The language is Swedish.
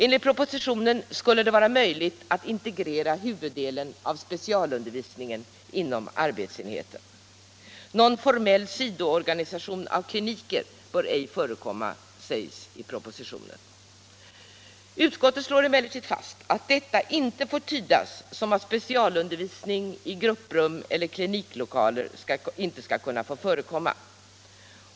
Enligt propositionen skulle det vara möjligt att integrera huvuddelen av specialundervisningen inom arbetsenheten. ”Någon formell sidoorganisation av kliniker bör ej förekomma”, sägs det i propositionen. Utskottet slår emellertid fast att detta inte får tydas som att specialundervisning i grupprum eller i kliniklokaler inte skall kunna få förekomma.